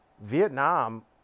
Vietnam